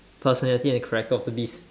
personality and character of the beast